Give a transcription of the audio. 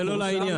זה לא לעניין.